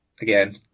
Again